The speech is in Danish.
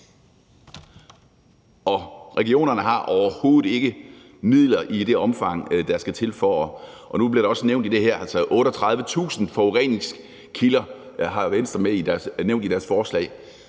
regionerne har overhovedet ikke midler i det omfang, der skal til, for at gøre noget ved det. 38.000 forureningskilder har Venstre nævnt i deres forslag